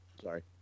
Sorry